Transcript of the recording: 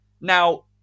Now